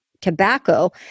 tobacco